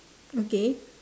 okay